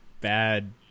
bad